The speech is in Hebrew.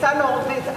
ניצן הורוביץ,